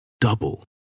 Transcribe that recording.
double